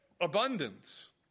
Abundance